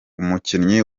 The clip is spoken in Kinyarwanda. umukinnyi